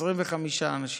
25 אנשים.